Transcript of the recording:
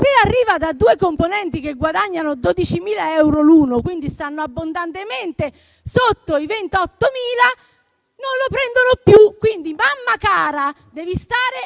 se arriva da due componenti che guadagnano 12.000 euro l'uno, quindi stanno abbondantemente sotto i 28.000 non lo prendono più. Quindi, mamma cara, devi stare